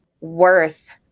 worth